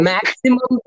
Maximum